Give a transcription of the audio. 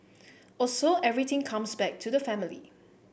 also everything comes back to the family